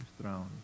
thrown